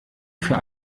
für